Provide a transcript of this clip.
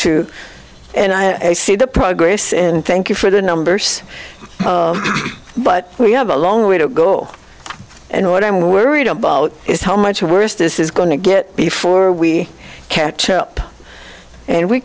to see the progress and thank you for the numbers but we have a long way to go and what i'm worried about is how much worse this is going to get before we catch up and we